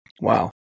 Wow